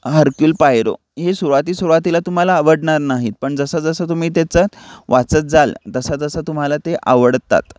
Hercule Poirot हे सुरुवाती सुरुवातीला तुम्हाला आवडणार नाहीत पण जसं जसं तुम्ही त्याचंत वाचत जाल तसं तसं तुम्हाला ते आवडतात